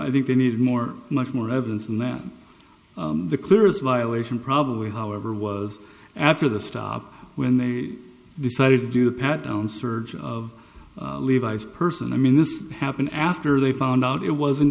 i think we need more much more evidence than that the clearest violation probably however was after the stop when they decided to do a pat down search of levi's purse and i mean this happened after they found out it wasn't